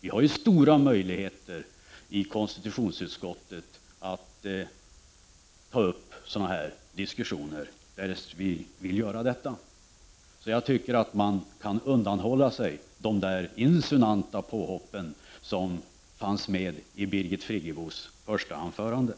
Vi har stora möjligheter i konstitutionsutskottet att ta upp sådana diskussioner därest vi vill göra detta. Birgit Friggebo borde därför kunna undvika de insinuanta påhopp som fanns med i hennes första anförande.